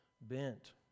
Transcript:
bent